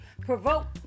provoke